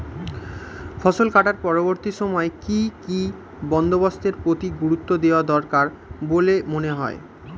ফসল কাটার পরবর্তী সময়ে কি কি বন্দোবস্তের প্রতি গুরুত্ব দেওয়া দরকার বলে মনে হয়?